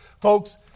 Folks